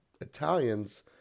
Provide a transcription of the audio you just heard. Italians